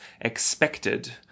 expected